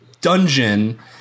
Dungeon